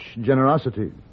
generosity